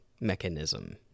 mechanism